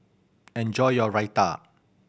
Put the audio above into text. enjoy your Raita